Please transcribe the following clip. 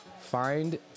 Find